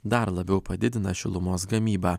dar labiau padidina šilumos gamybą